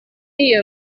iyo